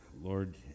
Lord